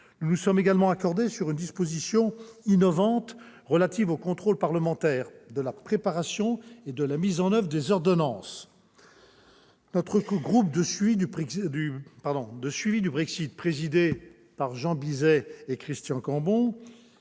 Nous nous sommes également accordés sur une disposition innovante relative au contrôle parlementaire de la préparation et de la mise en oeuvre des ordonnances. Notre groupe de suivi du Brexit, présidé par Jean Bizet et Christian Cambon,